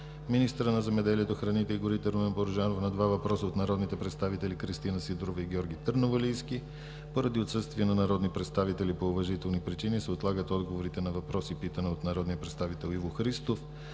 министърът на земеделието, храните и горите Румен Порожанов – на два въпроса от народните представители Кристина Сидорова и Георги Търновалийски. Поради отсъствие на народни представители по уважителни причини се отлагат отговорите на: - въпрос и питане от народния представител Иво Христов